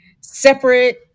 separate